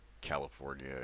california